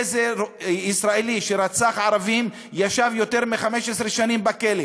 איזה ישראלי שרצח ערבים ישב יותר מ-15 שנים בכלא?